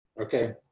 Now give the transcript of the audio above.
Okay